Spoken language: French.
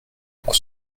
pour